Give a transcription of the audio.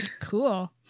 Cool